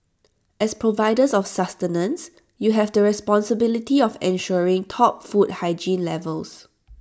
as providers of sustenance you have the responsibility of ensuring top food hygiene levels